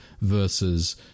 versus